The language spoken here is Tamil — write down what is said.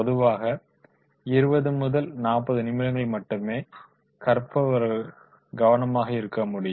பொதுவாக 20 முதல் 40 நிமிடங்கள் மட்டுமே கற்பவர் கவனமாக இருக்கமுடியும்